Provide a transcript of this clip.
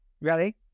Ready